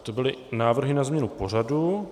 To byly návrhy na změnu pořadu.